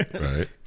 Right